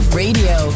radio